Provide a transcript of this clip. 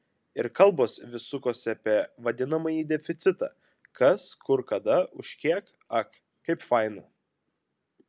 ir kalbos vis sukosi apie vadinamąjį deficitą kas kur kada už kiek ak kaip faina